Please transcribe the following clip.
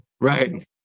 Right